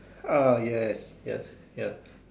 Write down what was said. ah yes yes yes